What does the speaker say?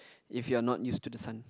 if you are not used to the sun